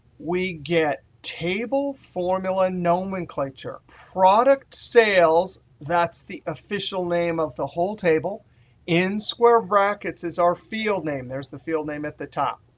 we get table-formula nomenclature. product sales that's the official name of the whole table in square brackets is our field name. that's the field name at the top.